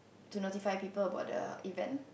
to notify people about the event